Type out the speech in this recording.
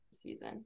season